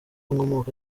nkomoka